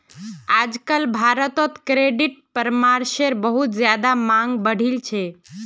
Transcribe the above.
आजकल भारत्त क्रेडिट परामर्शेर बहुत ज्यादा मांग बढ़ील छे